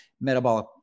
metabolic